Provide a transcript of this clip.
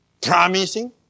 promising